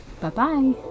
Bye-bye